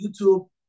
YouTube